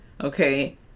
Okay